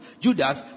Judas